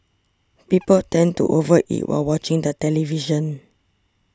people tend to over eat while watching the television